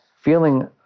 feeling